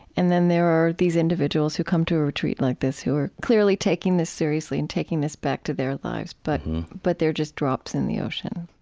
and then there are these individuals who come to a retreat like this who are clearly taking this seriously and taking this back to their lives, but but they're just drops in the ocean.